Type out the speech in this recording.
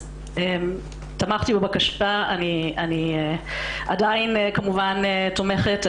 תמכתי בבקשה, אני עדיין כמובן תומכת.